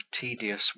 tedious